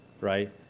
right